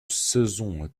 saison